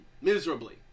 miserably